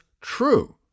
true